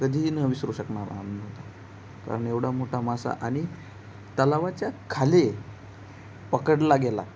कधीही न विसरू शकणारा आनंद होता कारण एवढा मोठा मासा आणि तलावाच्या खाली पकडला गेला